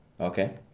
okay